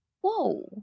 Whoa